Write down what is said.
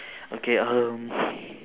okay uh